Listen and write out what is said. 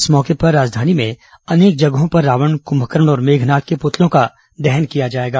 इस मौके पर राजधानी में अनेक जगहों पर रावण कृंभकर्ण और मेघनाद के पुतलों का दहन किया जाएगा